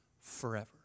forever